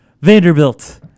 Vanderbilt